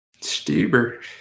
Stuber